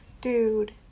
dude